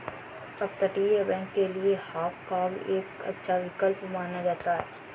अपतटीय बैंक के लिए हाँग काँग एक अच्छा विकल्प माना जाता है